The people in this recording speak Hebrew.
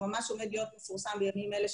הוא ממש עומד להיות מפורסם בימים אלה,